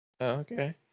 okay